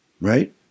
Right